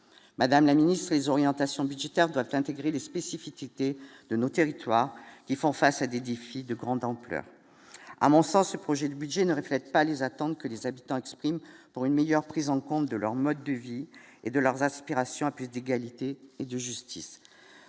madame la ministre, des orientations budgétaires doivent intégrer les spécificités de nos territoires, qui font face à des défis de grande ampleur, à mon sens, ce projet de budget ne reflète pas les attentes que les habitants expriment pour une meilleure prise en compte de leur mode de vie et de leurs aspirations à plus d'égalité et de justice,